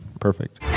perfect